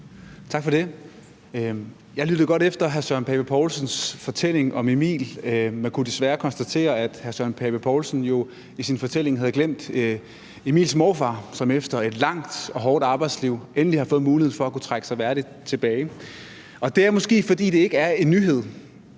Tak for det. Jeg lyttede godt efter hr. Søren Pape Poulsens fortælling om Emil, men kunne desværre konstatere, at hr. Søren Pape Poulsen jo i sin fortælling havde glemt Emils morfar, som efter et langt og hårdt arbejdsliv endelig har fået muligheden for at kunne trække sig værdigt tilbage. Og det er måske, fordi det ikke er nogen nyhed,